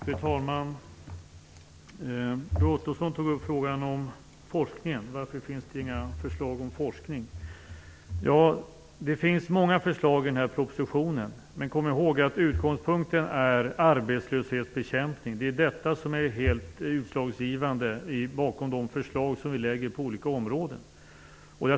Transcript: Fru talman! Roy Ottosson frågade varför det inte finns några förslag om forskningen. Det finns många förslag i propositionen, men kom ihåg att utgångspunkten är arbetslöshetsbekämpningen. Den frågan är det helt utslagsgivande beträffande de förslag som vi lägger på olika områden.